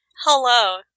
hello